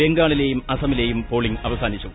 ബംഗാളിലെയും അസമിലെയും പോളിംഗ് അവസാനിച്ചു